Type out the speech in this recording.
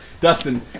Dustin